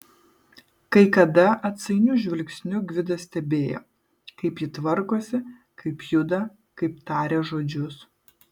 kai kada atsainiu žvilgsniu gvidas stebėjo kaip ji tvarkosi kaip juda kaip taria žodžius